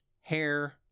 hair